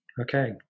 Okay